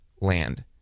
land